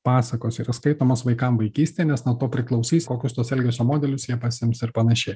pasakos yra skaitomos vaikam vaikystėj nes nuo to priklausys kokius tuos elgesio modelius jie pasiims ir panašiai